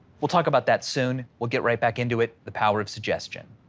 we'll talk about that soon. we'll get right back into it, the power of suggestion.